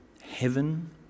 heaven